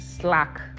slack